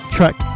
Track